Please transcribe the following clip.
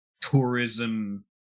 tourism